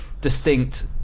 Distinct